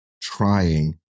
trying